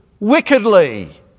wickedly